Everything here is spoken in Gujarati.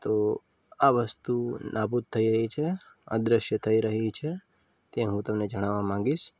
તો આ વસ્તુ નાબૂદ થઈ રહી છે અદૃશ્ય થઇ રહી છે તે હું તમને જાણવા માગીશ